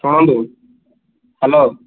ଶୁଣନ୍ତୁ ହ୍ୟାଲୋ